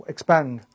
expand